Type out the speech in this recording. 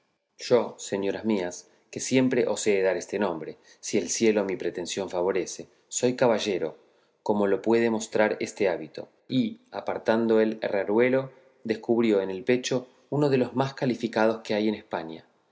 este punto al cabo he quedado más rendido y más imposibilitado de escusallo yo señoras mías que siempre os he de dar este nombre si el cielo mi pretensión favorece soy caballero como lo puede mostrar este hábito y apartando el herreruelo descubrió en el pecho uno de los más calificados que hay en españa